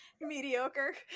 Mediocre